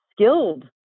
skilled